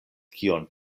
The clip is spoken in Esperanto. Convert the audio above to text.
kion